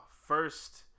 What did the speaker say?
first